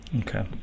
Okay